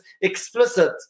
explicit